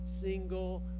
single